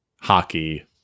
hockey